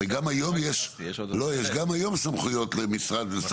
היא שגם היום יש סמכויות למשרד הפנים,